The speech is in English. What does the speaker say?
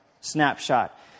snapshot